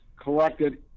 collected